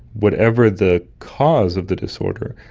whatever the cause of the disorder,